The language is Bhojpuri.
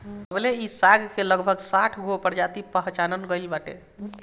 अबले इ साग के लगभग साठगो प्रजाति पहचानल गइल बाटे